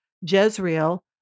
Jezreel